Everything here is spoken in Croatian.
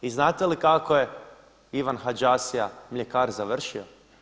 I znate li kako je Ivan Hađasija mljekar završio?